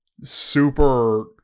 super